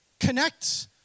Connect